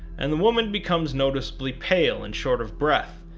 and the woman becomes noticeably pale and short of breath,